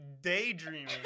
daydreaming